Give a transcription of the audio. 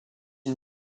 une